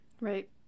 Right